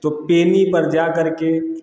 तो पेनी पर जाकर के